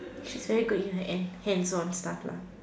she's very good in her hand hands on stuff lah